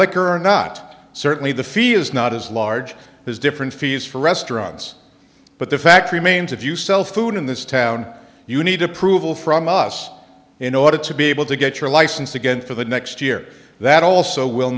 liquor or not certainly the fee is not as large as different fees for restaurants but the fact remains if you sell food in this town you need approval from us in order to be able to get your license again for the next year that also will